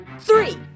three